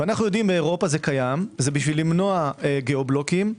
באירופה זה קיים, למנוע גיאו בלוקים.